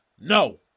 No